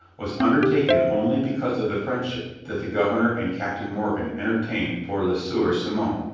was undertaken only because of the friendship that the governor and captain morgan entertained for le sieur simon.